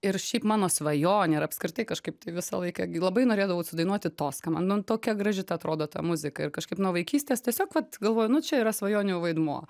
ir šiaip mano svajonė ir apskritai kažkaip tai visą laiką gi labai norėdavau sudainuoti toską man nu tokia graži ta atrodo ta muzika ir kažkaip nuo vaikystės tiesiog vat galvoju nu čia yra svajonių vaidmuo